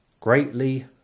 greatly